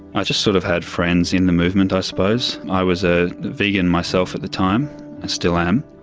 i just sort of had friends in the movement, i suppose. i was a vegan myself at the time and still am,